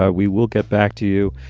ah we will get back to you.